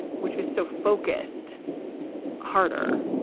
which was so focused harder